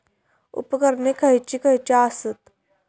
उपकरणे खैयची खैयची आसत?